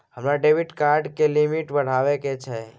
हमरा debit card के limit बढावा के छै